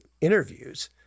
interviews